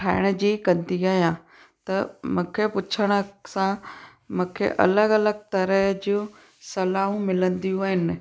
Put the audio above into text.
ठाहिण जी कंदी आहियां त मूंखे पुछण सां मूंखे अलॻि अलॻि तरह जूं सलाहू मिलंदियूं आहिनि